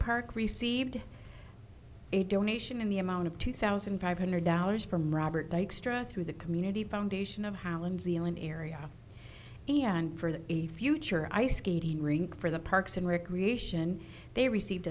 park received a donation in the amount of two thousand five hundred dollars from robert dykstra through the community foundation of holland zealand area for a future ice skating rink for the parks and recreation they received